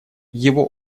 его